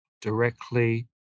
directly